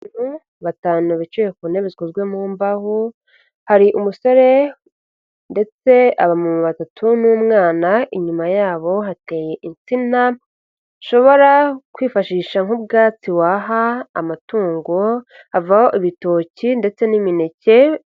Batanu bicaye ku ntebe zikozwe mu mbaho, hari umusore ndetse abamama batatu n'umwana inyuma yabo hateye insina, ushobora kwifashisha nk'ubwatsi waha amatungo, havaho ibitoki ndetse n'imineke.